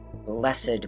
Blessed